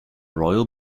royal